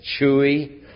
chewy